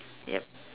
yup